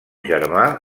germà